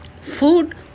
Food